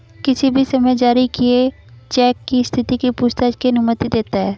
किसी भी समय जारी किए चेक की स्थिति की पूछताछ की अनुमति देता है